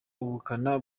ubukana